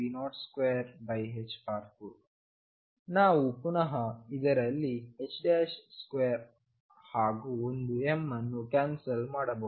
ನಾವು ಪುನಹ ಇದರಲ್ಲಿ 2ಹಾಗೂ ಒಂದುm ಅನ್ನು ಕ್ಯಾನ್ಸಲ್ ಮಾಡಬಹುದು